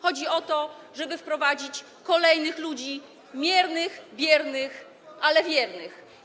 Chodzi o to, żeby wprowadzić kolejnych ludzi, miernych, biernych, ale wiernych.